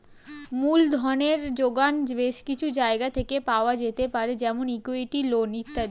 মূলধনের জোগান বেশ কিছু জায়গা থেকে পাওয়া যেতে পারে যেমন ইক্যুইটি, লোন ইত্যাদি